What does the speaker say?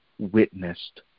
witnessed